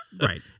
Right